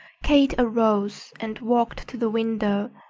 kate arose and walked to the window,